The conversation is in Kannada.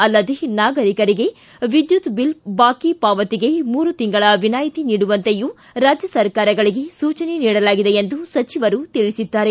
ಅಲ್ಲದೆ ನಾಗರೀಕರಿಗೆ ವಿದ್ಯುತ್ ಬಿಲ್ ಬಾಕಿ ಪಾವತಿಗೆ ಮೂರು ತಿಂಗಳ ವಿನಾಯತಿ ನೀಡುವಂತೆಯೂ ರಾಜ್ಯ ಸರ್ಕಾಗಳಿಗೆ ಸೂಚನೆ ನೀಡಲಾಗಿದೆ ಎಂದು ಸಚಿವರು ತಿಳಿಸಿದ್ದಾರೆ